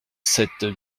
sept